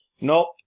Nope